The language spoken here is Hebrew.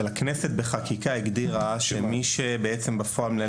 הכנסת הגדירה בחקיקה שבפועל,